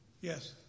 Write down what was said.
yes